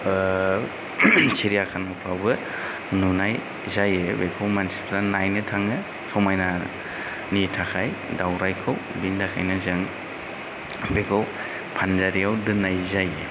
सिरियाखानाफ्रावबो नुनाय जायो बेखौ मानसिफ्रा नायनो थाङो समायना नि थाखाय दाउरायखौ बिनि थाखायनो जों बेखौ फानजारियाव दोननाय जायो